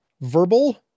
verbal